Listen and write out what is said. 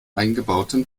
eingebauten